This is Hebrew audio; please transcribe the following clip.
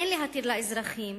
אין להתיר לאזרחים